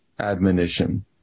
admonition